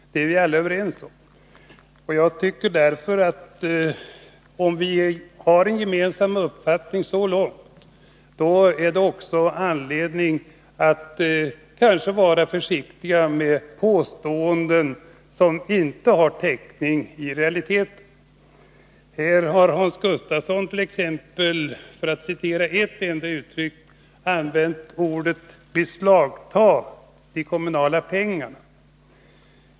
Det är vi alla överens om. Om vi har en gemensam uppfattning så långt, då tycker jag också det finns anledning att vara försiktig med påståenden som inte har täckning i realiteten. Här har exempelvis Hans Gustafsson, för att ge ett enda exempel, använt sig av uttrycket ”beslagta kommunala pengar”.